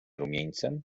rumieńcem